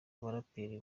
baraperi